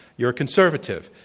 you're conservative.